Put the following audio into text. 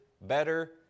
better